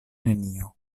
nenio